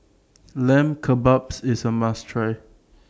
Lamb Kebabs IS A must Try